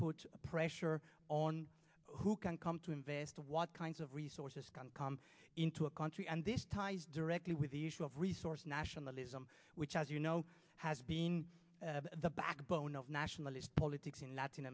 put pressure on who can come to invest what kinds of resources can come into a country and this ties directly with the usual resource nationalism which as you know has been the backbone of nationalist politics in